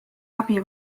abi